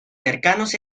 cercanos